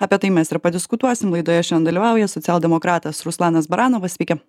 apie tai mes ir padiskutuosim laidoje šiandien dalyvauja socialdemokratas ruslanas baranovas sveiki